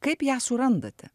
kaip ją surandate